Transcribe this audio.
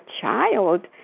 child